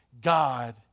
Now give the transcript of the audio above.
God